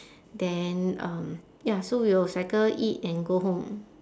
then um ya so we will cycle eat and go home